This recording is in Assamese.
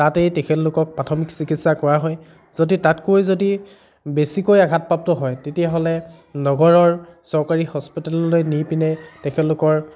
তাতেই তেখেতলোকক প্ৰাথমিক চিকিৎসা কৰা হয় যদি তাতকৈ যদি বেছিকৈ আঘাতপ্ৰাপ্ত হয় তেতিয়া হ'লে নগৰৰ চৰকাৰী হস্পিতাললৈ নি পিনে তেখেতলোকৰ